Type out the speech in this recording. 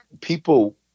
people